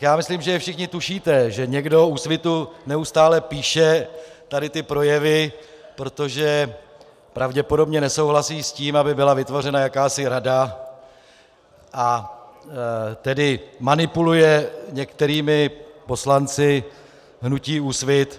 Já myslím, že všichni tušíte, že někdo Úsvitu neustále píše tady ty projevy, protože pravděpodobně nesouhlasí s tím, aby byla vytvořena jakási rada, a tedy manipuluje některými poslanci hnutí Úsvit.